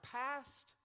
past